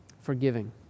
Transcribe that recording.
Forgiving